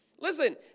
Listen